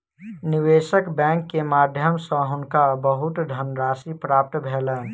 निवेशक बैंक के माध्यम सॅ हुनका बहुत धनराशि प्राप्त भेलैन